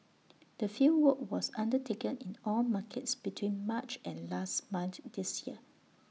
the fieldwork was undertaken in all markets between March and last month this year